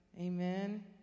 Amen